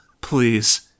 please